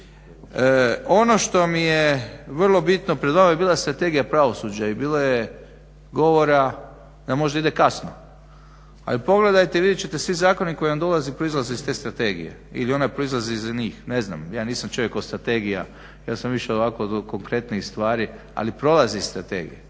Ono što mi je vrlo bitno, pred vama je bila Strategija pravosuđa i bilo je govora da možda ide kasno. Ali pogledajte, vidjet ćete svi zakoni koji vam dolaze, proizlaze iz te strategije ili ona proizlazi iz njih, ne znam, ja nisam čovjek od strategija. Ja sam više ovako od konkretnijih stvari, ali proizlazi iz Strategije.